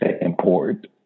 import